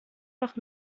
noch